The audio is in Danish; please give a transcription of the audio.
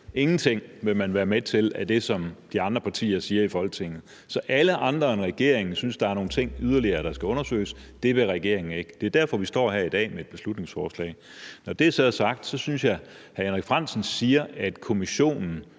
ingenting vil man være med til af det, som de andre partier siger i Folketinget. Så alle andre end regeringen synes, at der er nogle yderligere ting , der skal undersøges. Det vil regeringen ikke. Det er derfor, vi står her i dag med et beslutningsforslag. Når det så er sagt, synes jeg, at jeg hører hr. Henrik Frandsen sige, at kommissionen